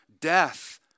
death